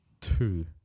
two